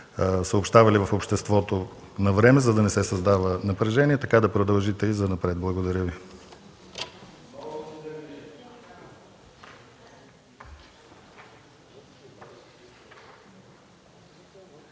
съобщавали в обществото навреме, за да не се създава напрежение, така да продължите и занапред. Благодаря.